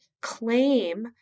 claim